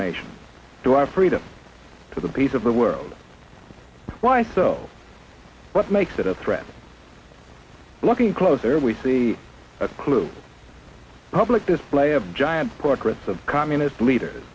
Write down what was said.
nation to our freedom to the beat of the world why i thought what makes it a threat looking closer we see a clue public display a giant portrait of communist leaders